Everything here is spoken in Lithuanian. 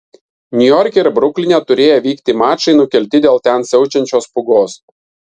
niujorke ir brukline turėję vykti mačai nukelti dėl ten siaučiančios pūgos